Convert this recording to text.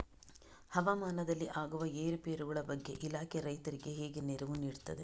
ಹವಾಮಾನದಲ್ಲಿ ಆಗುವ ಏರುಪೇರುಗಳ ಬಗ್ಗೆ ಇಲಾಖೆ ರೈತರಿಗೆ ಹೇಗೆ ನೆರವು ನೀಡ್ತದೆ?